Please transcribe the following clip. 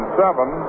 seven